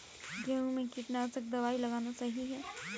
गेहूँ में कीटनाशक दबाई लगाना सही है या गलत?